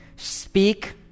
speak